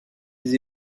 des